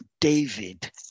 David